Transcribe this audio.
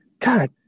God